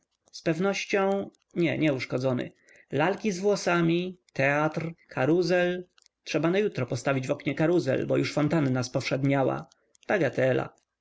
z pewnością nie nie uszkodzony lalki z włosami teatr karuzel trzeba na jutro postawić w oknie karuzel bo już fontanna spowszedniała bagatela ósma